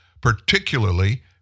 particularly